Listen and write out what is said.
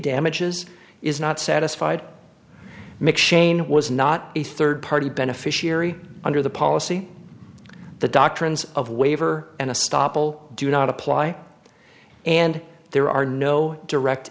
damages is not satisfied mcshane was not a third party beneficiary under the policy the doctrines of waiver and a stop will do not apply and there are no direct